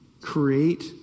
create